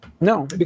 No